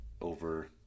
over